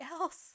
else